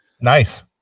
Nice